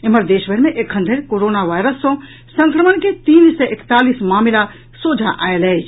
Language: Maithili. एम्हर देशभरि मे एखन धरि कोरोना वायरस सँ संक्रमण के तीन सय एकतालीस मामिला सोझा आयल अछि